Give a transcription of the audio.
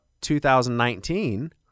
2019